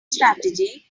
strategy